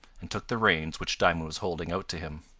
and took the reins which diamond was holding out to him.